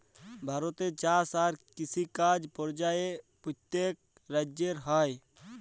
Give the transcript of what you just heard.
ভারতে চাষ আর কিষিকাজ পর্যায়ে প্যত্তেক রাজ্যে হ্যয়